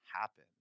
happen